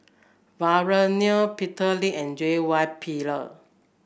Vikram Nair Peter Lee and J Y Pillay